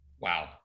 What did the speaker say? Wow